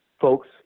folks